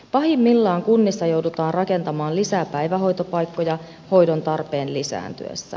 pahimmillaan kunnissa joudutaan rakentamaan lisää päivähoitopaikkoja hoidon tarpeen lisääntyessä